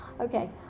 Okay